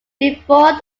before